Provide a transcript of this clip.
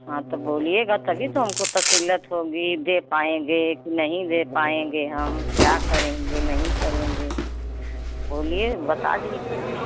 हाँ तो बोलिएगा तभी तो हमको तसल्लीयत होगी दे पाएंगे कि नहीं दे पाएंगे हम क्या करेंगे नहीं करेंगे बोलिए बता दीजिए